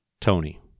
Tony